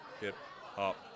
Hip-hop